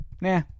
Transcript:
nah